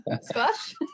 squash